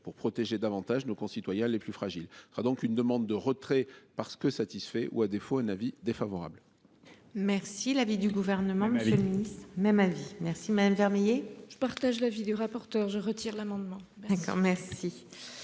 pour protéger davantage nos concitoyens les plus fragiles, a donc une demande de retrait parce que satisfaits ou à défaut un avis défavorable. Merci. L'avis du gouvernement. Même avis. Merci madame Vermeillet. Je partage l'avis du rapporteur je retire l'amendement.